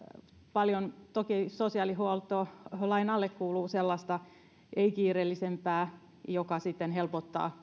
paljon toki sosiaalihuoltolain alle kuuluu sellaista ei kiireellisempää jonka poistuminen sitten helpottaa